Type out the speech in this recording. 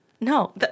No